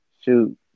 shoot